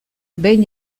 behin